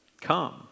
Come